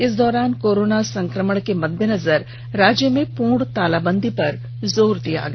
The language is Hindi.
इस दौरान कोरोना संकमण के मद्देनजर राज्य में पूर्ण तालाबंदी पर जोर दिया गया